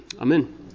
Amen